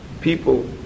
people